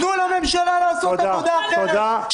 -- תנו לממשלה לעשות עבודה אחרת,